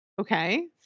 Okay